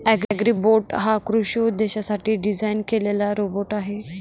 Agribot हा कृषी उद्देशांसाठी डिझाइन केलेला रोबोट आहे